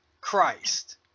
Christ